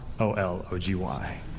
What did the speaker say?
O-L-O-G-Y